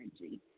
energy